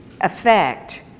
effect